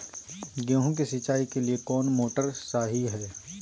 गेंहू के सिंचाई के लिए कौन मोटर शाही हाय?